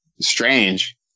strange